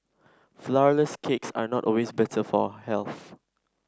flourless cakes are not always better for health